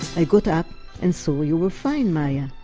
ah got up and saw you were fine, maya,